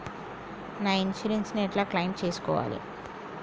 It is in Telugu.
నా ఇన్సూరెన్స్ ని ఎట్ల క్లెయిమ్ చేస్కోవాలి?